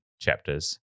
chapters